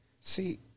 See